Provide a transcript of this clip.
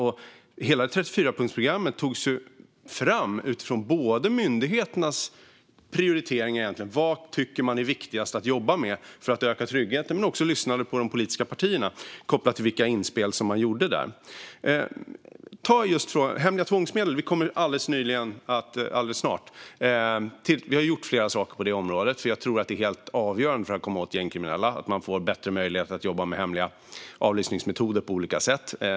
Hela 34-punktsprogrammet togs ju fram utifrån myndigheternas prioriteringar när det gäller vad man tycker är viktigast att jobba med för att öka tryggheten, men vi lyssnade också på de politiska partierna kopplat till de inspel som gjordes. När det gäller hemliga tvångsmedel har vi gjort flera saker. Jag tror att det för att komma åt gängkriminella är helt avgörande att man får bättre möjligheter att jobba med hemliga avlyssningsmetoder på olika sätt.